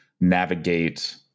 navigate